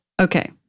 Okay